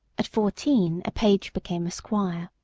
at fourteen a page became a squire.